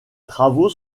travaux